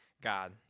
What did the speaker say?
God